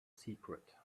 secret